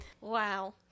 wow